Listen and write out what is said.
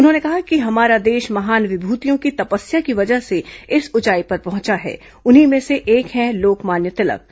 उन्होंने कहा कि हमारा देश महान विभूतियों की तपस्या की वजह से इस ऊंचाई पर पहुंचा है उन्हीं में से एक हैं लोकमान्य तिलक है